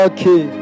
Okay